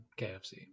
KFC